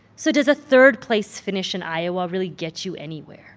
so does a third place finish in iowa really get you anywhere?